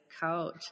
coach